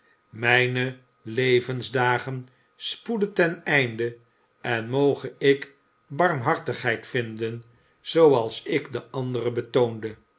mijne levensdagen spoeden ten einde en moge ik barmhartigheid vinden zooals ik ze anderen betoonde